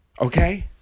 Okay